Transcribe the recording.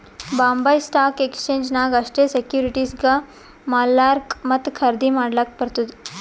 Bombay stock exchange ನಾಗ್ ಅಷ್ಟೇ ಸೆಕ್ಯೂರಿಟಿಸ್ಗ್ ಮಾರ್ಲಾಕ್ ಮತ್ತ ಖರ್ದಿ ಮಾಡ್ಲಕ್ ಬರ್ತುದ್